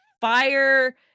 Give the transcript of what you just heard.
fire